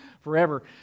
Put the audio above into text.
forever